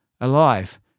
alive